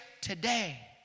today